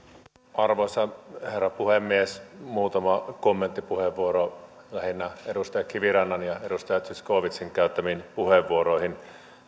arvoisa herra puhemies muutama kommentti lähinnä edustaja kivirannan ja edustaja zyskowiczin käyttämiin puheenvuoroihin